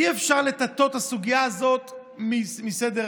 אי-אפשר לטאטא את הסוגיה הזאת מסדר-היום.